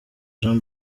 jean